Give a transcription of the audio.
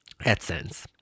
AdSense